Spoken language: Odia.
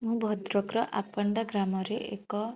ମୁଁ ଭଦ୍ରକର ଆପେଣ୍ଡା ଗ୍ରାମରେ ଏକ